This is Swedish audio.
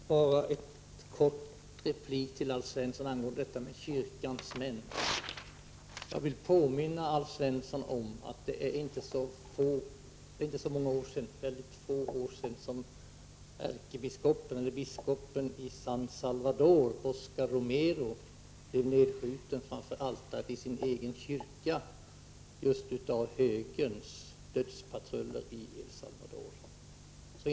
Herr talman! Jag skall bara kort replikera på vad Alf Svensson sade angående kyrkans män. Jag vill påminna Alf Svensson om att det är mycket få år sedan biskopen i San Salvador, Oscar Romero, blev nedskjuten framför altaret i sin egen kyrka av just högerns dödspatruller i El Salvador.